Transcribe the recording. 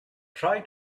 try